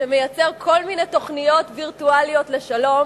שמייצרות כל מיני תוכניות וירטואליות לשלום.